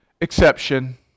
exception